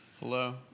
Hello